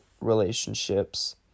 relationships